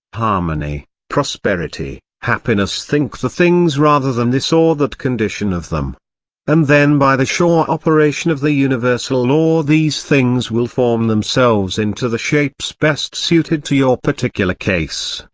harmony, prosperity, happiness think the things rather than this or that condition of them and then by the sure operation of the universal law these things will form themselves into the shapes best suited to your particular case,